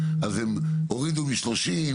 אז הם הורידו מ-30,